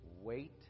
Wait